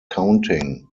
counting